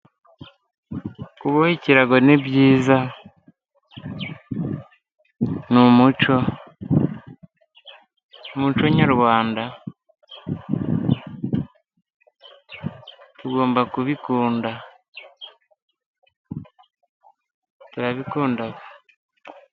Kuboha ikirago ni byiza, ni umuco nyarwanda, tugomba kubikunda, turabikunda.